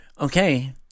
okay